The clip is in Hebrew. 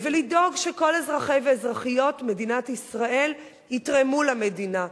לדאוג שכל אזרחי ואזרחיות מדינת ישראל יתרמו למדינה,